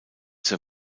zur